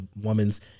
woman's